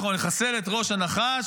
אנחנו נחסל את ראש הנחש,